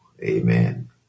amen